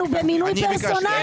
תחליף אותנו במינוי פרסונלי,